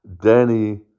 Danny